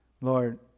Lord